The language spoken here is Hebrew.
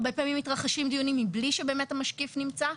הרבה פעמים מתרחשים דיונים מבלי שבאמת המשקיף נמצא.